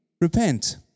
repent